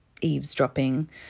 eavesdropping